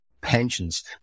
pensions